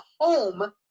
home